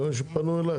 כיוון שפנו אליך,